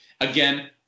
again